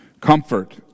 comfort